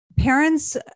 Parents